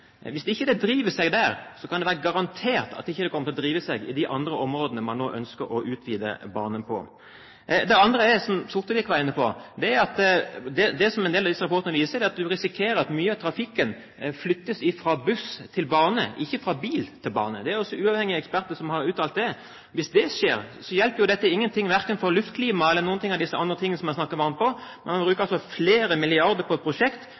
ikke lønner seg der, kan det være garantert at det ikke kommer til å lønne seg i de andre områdene man nå ønsker å utvide banen til. Det andre er, som Sortevik var inne på, at en del av disse rapportene viser at man risikerer at mye av trafikken flyttes fra buss til bane, ikke fra bil til bane. Det er også uavhengige eksperter som har uttalt det. Hvis det skjer, hjelper dette ingen ting verken for luftklimaet eller for noen av disse andre tingene som man har snakket varmt om – man bruker altså flere milliarder på et prosjekt